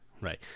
right